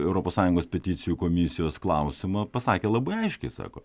europos sąjungos peticijų komisijos klausimą pasakė labai aiškiai sako